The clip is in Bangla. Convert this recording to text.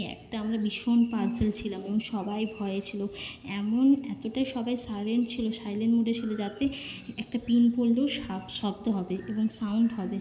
একটা আমরা ভীষণ পাজল ছিলাম এবং সবাই ভয়ে ছিল এমন এতটা সবাই সাইলেন্ট ছিল সাইলেন্ট মোডে ছিল যাতে একটা পিন পড়লেও সাপ শব্দ হবে এবং সাউন্ড হবে